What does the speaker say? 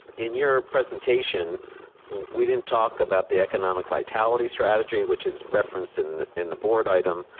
in your presentation we didn't talk about the economic vitality strategy, which is referenced in in the board item.